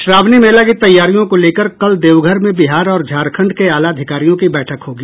श्रावणी मेला की तैयारियों को लेकर कल देवघर में बिहार और झारखंड के आलाधिकारियों की बैठक होगी